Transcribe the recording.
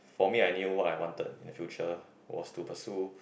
for me I knew what I wanted in the future was to pursue